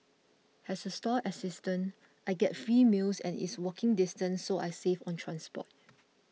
as a stall assistant I get free meals and it's walking distance so I save on transport